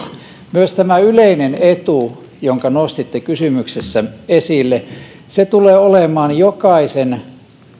myös tämä yleinen etu jonka nostitte kysymyksessä esille tulee olemaan osa jokaisen